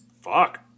Fuck